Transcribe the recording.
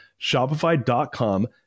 Shopify.com